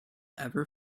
ever